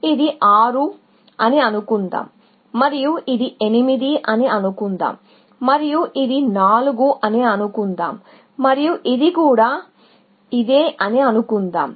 ఇది 6 అని అనుకుందాం మరియు ఇది 8 అని అనుకుందాం మరియు ఇది 4 అని అనుకుందాం మరియు ఇది కూడా ఇదే అని అనుకుందాం